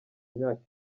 myaka